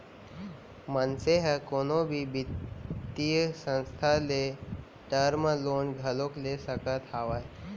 मनसे ह कोनो भी बित्तीय संस्था ले टर्म लोन घलोक ले सकत हावय